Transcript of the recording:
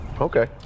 Okay